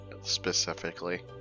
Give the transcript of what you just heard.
specifically